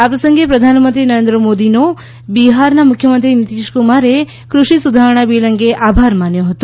આ પ્રસંગે પ્રધાનમંત્રી નરેન્ મોદીનો બિહારના મુખ્યમંત્રી નીતિશ કુમારે ક્રષિ સુધારણા બિલ અંગે આભાર માન્યો હતો